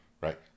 Right